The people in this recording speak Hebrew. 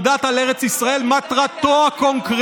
לרבות המנדט על ארץ ישראל מטרתו הקונקרטית: